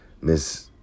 Miss